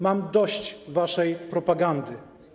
Mam dość waszej propagandy.